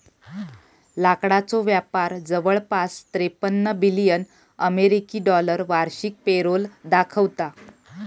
लाकडाचो व्यापार जवळपास त्रेपन्न बिलियन अमेरिकी डॉलर वार्षिक पेरोल दाखवता